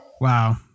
Wow